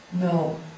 No